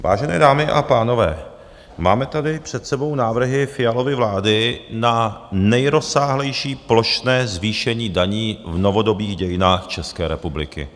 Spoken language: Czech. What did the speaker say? Vážené dámy a pánové, máme tady před sebou návrhy Fialovy vlády na nejrozsáhlejší plošné zvýšení daní v novodobých dějinách České republiky.